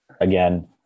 again